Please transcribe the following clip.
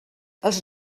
els